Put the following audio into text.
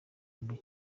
mubi